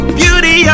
beauty